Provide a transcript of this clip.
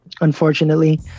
unfortunately